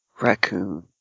Raccoon